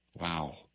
Wow